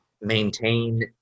maintain